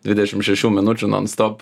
dvidešim šešių minučių non stop